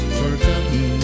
forgotten